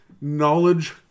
knowledge